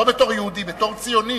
לא בתור יהודי אלא בתור ציוני,